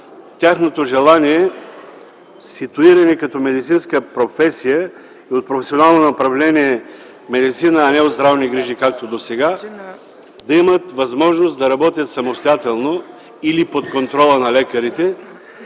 тяхното желание за ситуиране като медицинска професия от професионално направление „Медицина”, а не от „Здравни грижи”, както досега, за да имат възможност да работят самостоятелно или под контрола на лекарите.